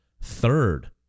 third